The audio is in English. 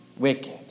Wicked